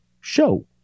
Show